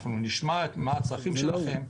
אנחנו נשמע מה הצרכים שלכם,